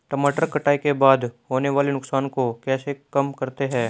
टमाटर कटाई के बाद होने वाले नुकसान को कैसे कम करते हैं?